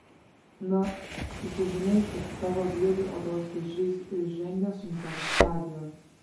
na kai sužinai kad tavo vyrui odos vėžys ir įžengęs sunkion stadijon